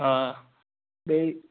آ بیٚیہِ